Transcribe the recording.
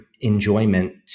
enjoyment